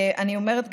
אני אומרת,